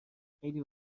خیلی